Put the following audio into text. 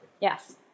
Yes